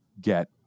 get